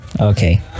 Okay